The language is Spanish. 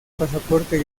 pasaporte